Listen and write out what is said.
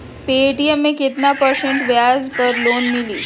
Paytm मे केतना percent ब्याज पर लोन मिली?